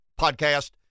podcast